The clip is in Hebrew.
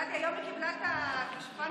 גדי, היום היא קיבלה את הגושפנקה החוקית.